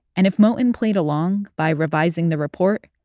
and if moton played along by revising the report,